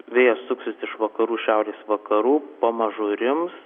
vėjas suksis iš vakarų šiaurės vakarų pamažu rims